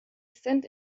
cent